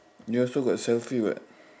you also got selfie [what]